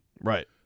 Right